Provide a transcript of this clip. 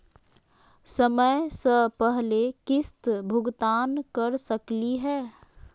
समय स पहले किस्त भुगतान कर सकली हे?